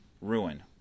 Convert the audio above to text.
ruin